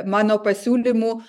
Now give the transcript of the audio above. mano pasiūlymu